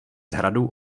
hradu